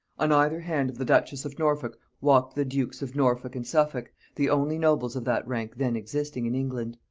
on either hand of the duchess of norfolk walked the dukes of norfolk and suffolk, the only nobles of that rank then existing in england.